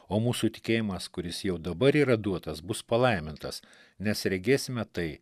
o mūsų tikėjimas kuris jau dabar yra duotas bus palaimintas nes regėsime tai